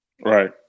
Right